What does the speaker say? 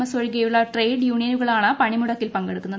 S ഒഴികെയുള്ള trade യൂണിയനുകളാണ് പണിമുടക്കിൽ പങ്കെടുക്കുന്നത്